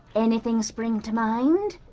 anything spring to mind?